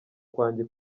kwanjye